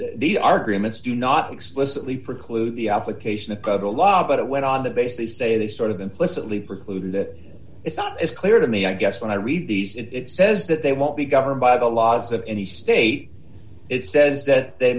the arguments do not explicitly preclude the application of the law but it went on the base they say they sort of implicitly precluded that it's not as clear to me i guess when i read these it says that they won't be governed by the laws of any state it says that they